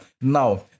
now